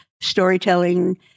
storytelling—